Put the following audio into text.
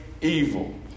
evil